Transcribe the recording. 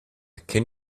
can